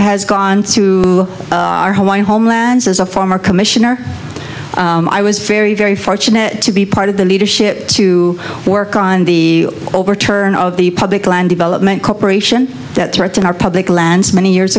has gone through our homelands as a former commissioner i was very very fortunate to be part of the leadership to work on the overturn of the public land development corporation that threaten our public lands many years